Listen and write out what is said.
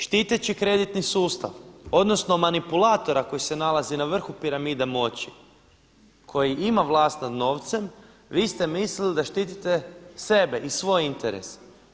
Štiteći kreditni sustav, odnosno manipulatora koji se nalaze na vrhu piramide moći, koji ima vlast nad novcem vi ste mislili da štitite sebe i svoje interese.